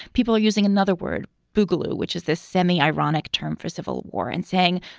people are using another word boogaloo, which is this semi ironic term for civil war and saying,